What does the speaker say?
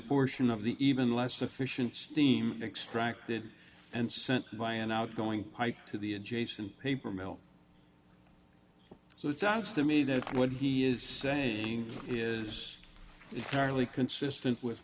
portion of the even less efficient steam extracted and sent by an outgoing pike to the adjacent paper mill so it sounds to me that what he is saying is clearly consistent with